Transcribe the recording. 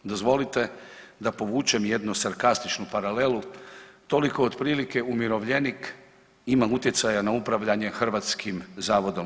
Dozvolite da povučem jednu sarkastičnu paralelu, toliko otprilike umirovljenik ima utjecaja na upravljanje HZMO.